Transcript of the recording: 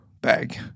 bag